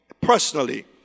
personally